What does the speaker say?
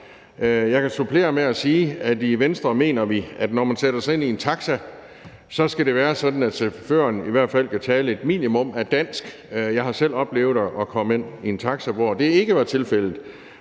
Jeg kan supplere med at sige, at vi i Venstre mener, at når man sætter sig ind i en taxa, skal det være sådan, at chaufføren i hvert fald kan tale et minimum af dansk. Jeg har selv oplevet at komme ind i en taxa, hvor det ikke var tilfældet,